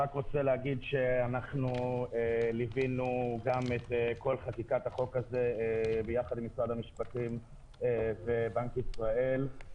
אנחנו ליווינו את כל חקיקת החוק הזה ביחד עם משרד המשפטים ובנק ישראל.